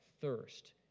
thirst